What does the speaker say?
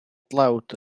dlawd